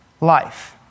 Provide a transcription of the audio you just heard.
life